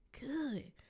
good